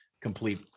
complete